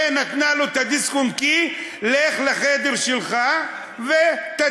ונתנה לו את הדיסק-און-קי: לך לחדר שלך ותדפיס,